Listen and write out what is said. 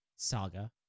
Saga